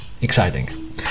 exciting